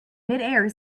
midair